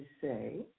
say